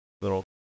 little